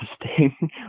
interesting